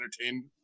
entertained